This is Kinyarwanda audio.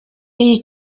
iyi